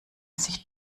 sich